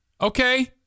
Okay